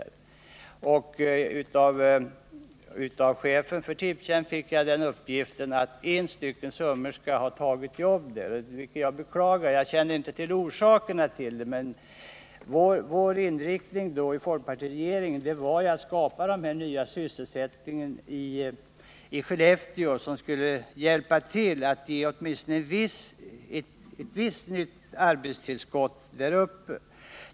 Jag blev verkligen ledsen när jag av chefen för Tipstjänst fick uppgiften att det rörde sig om endast en sömmerska. Jag beklagar verkligen detta, och jag känner inte till orsakerna till det. Folkpartiregeringens inriktning var ju att med den här etableringen skapa ny sysselsättning i Skellefteå som skulle kunna utgöra åtminstone ett visst arbetstillskott där uppe.